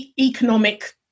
economic